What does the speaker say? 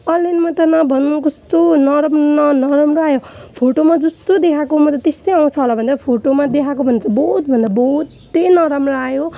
अनलाइनमा त नभन्नु कस्तो नराम्रो न नराम्रो आयो फोटोमा जस्तो देखाएएकोभन्दा त बहुतभन्दा बहुतै नराम्रो आयो